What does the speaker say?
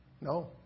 No